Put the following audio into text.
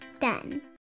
Done